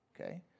okay